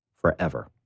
forever